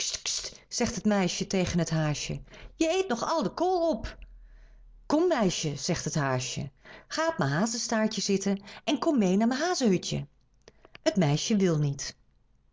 zegt het meisje tegen t haasje je eet nog al de kool op kom meisje zegt t haasje ga op mijn hazestaartje zitten en kom mee naar mijn hazehutje t meisje wil niet